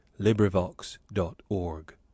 LibriVox.org